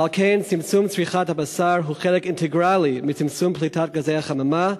ועל כן צמצום צריכת הבשר הוא חלק אינטגרלי מצמצום פליטת גזי החממה,